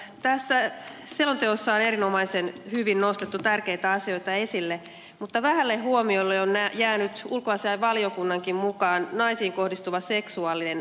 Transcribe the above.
tässä selonteossa on erinomaisen hyvin nostettu tärkeitä asioita esille mutta vähälle huomiolle on jäänyt ulkoasiainvaliokunnankin mukaan naisiin kohdistuva seksuaalinen väkivalta